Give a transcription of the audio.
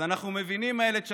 אז אנחנו מבינים, אילת שקד,